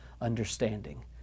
understanding